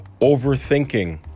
Overthinking